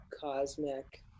cosmic